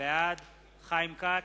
בעד חיים כץ,